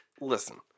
listen